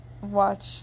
watch